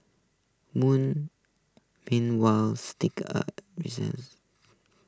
moon meanwhile steak A reasons